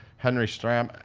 henry strand,